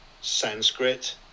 Sanskrit